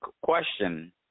Question